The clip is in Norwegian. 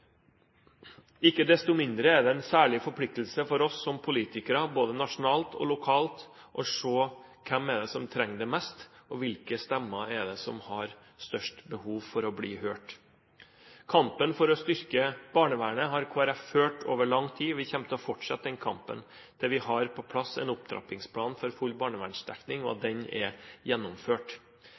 Ikke desto mindre er det en særlig forpliktelse for oss som politikere både nasjonalt og lokalt å se hvem som trenger det mest, og hvilke stemmer som har størst behov for å bli hørt. Kampen for å styrke barnevernet har Kristelig Folkeparti ført over lang tid, og vi kommer til å fortsette den kampen til vi har på plass en opptrappingsplan for full barnevernsdekning – og at den er gjennomført.